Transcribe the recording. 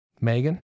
Megan